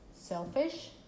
selfish